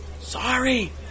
Sorry